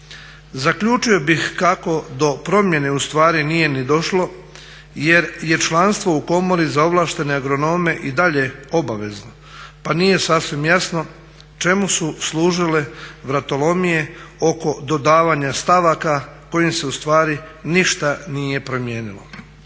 Zaključio bih kako do promijene ustvari nije ni došlo jer je članstvo u komori za ovlaštene agronome i dalje obavezno pa nije sasvim jasno čemu su služile vratolomije oko dodavanja stavaka kojim se ustvari ništa nije promijenilo.